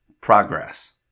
progress